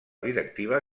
directiva